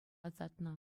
ӑсатнӑ